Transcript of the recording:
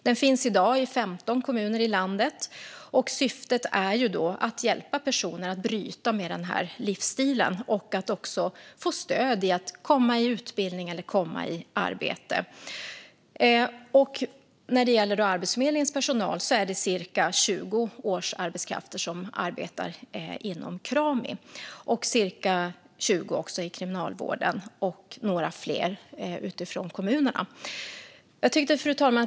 Den finns i dag i 15 kommuner i landet, och syftet är att hjälpa personer att bryta med denna livsstil och ge dem stöd att komma i utbildning eller arbete. Det är cirka 20 årsarbetskrafter i Arbetsförmedlingen respektive kriminalvården som arbetar inom Krami och några fler i kommunerna. Fru talman!